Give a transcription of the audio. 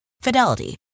Fidelity